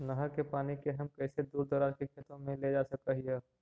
नहर के पानी के हम कैसे दुर दराज के खेतों में ले जा सक हिय?